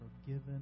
forgiven